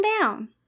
down